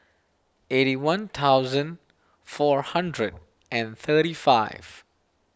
eighty one thousand four hundred and thirty five